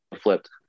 flipped